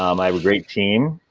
um i mean great team.